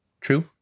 True